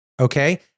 okay